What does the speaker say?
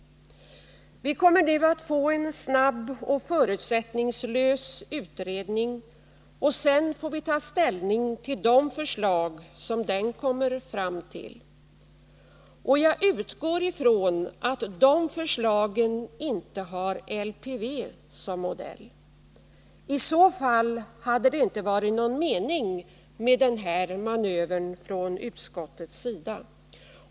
Vi kommer nu att få en snabb och förutsättningslös utredning, och sedan får vi ta ställning till de förslag som den kommer att lägga fram. Jag utgår ifrån att de förslagen inte har LPV som modell. I så fall hade det inte varit någon mening med den här manövern från utskottets sida.